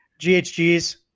GHGs